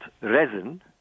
resin